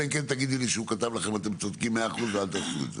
אלא אם כן תגידי לי שהוא כתב לכם: אתם צודקים 100% ואל תעשו את זה.